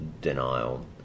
denial